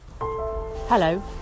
Hello